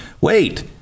wait